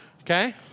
Okay